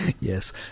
Yes